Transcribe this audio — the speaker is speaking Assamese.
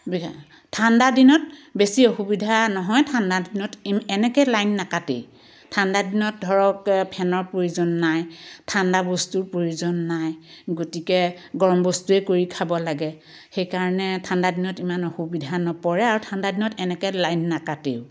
বি ঠাণ্ডা দিনত বেছি অসুবিধা নহয় ঠাণ্ডা দিনত কিন্তু এনেকৈ লাইন নাকাতেই ঠাণ্ডা দিনত ধৰক ফেনৰ প্ৰয়োজন নাই ঠাণ্ডা বস্তুৰ প্ৰয়োজন নাই গতিকে গৰম বস্তুৱেই কৰি খাব লাগে সেইকাৰণে ঠাণ্ডা দিনত ইমান অসুবিধা নপৰে আৰু ঠাণ্ডা দিনত এনেকৈ লাইন নাকাতেই